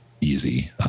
easy